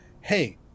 hey